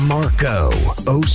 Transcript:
Marco